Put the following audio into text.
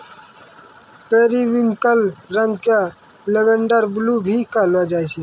periwinkle रंग क lavender blue भी कहलो जाय छै